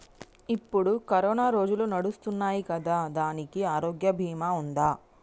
ఇప్పుడు కరోనా రోజులు నడుస్తున్నాయి కదా, దానికి ఆరోగ్య బీమా ఉందా?